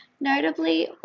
Notably